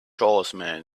horseman